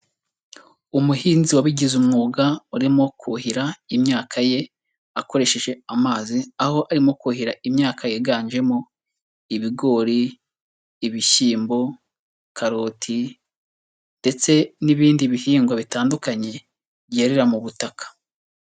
Umuhinzi wabigize umwuga urimo kuhira imyaka ye akoresheje amazi aho arimo kuhira imyaka yiganjemo, ibigori, ibishyimbo, karoti ndetse n'ibindi bihingwa bitandukanye byerera mu butaka.